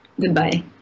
Goodbye